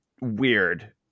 weird